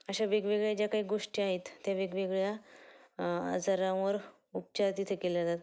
अशा वेगवेगळ्या ज्या काही गोष्टी आहेत त्या वेगवेगळ्या आजारांवर उपचार तिथे केल्या जाते